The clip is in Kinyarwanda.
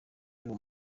y’uwo